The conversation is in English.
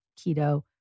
keto